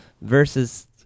Versus